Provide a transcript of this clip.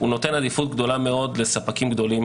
הוא נותן עדיפות גדולה מאוד לספקים גדולים,